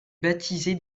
baptisé